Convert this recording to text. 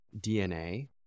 DNA